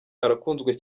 arakunzwe